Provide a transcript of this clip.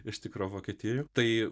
iš tikro vokietijoje tai